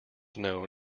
known